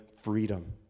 freedom